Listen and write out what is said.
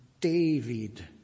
David